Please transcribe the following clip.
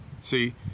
See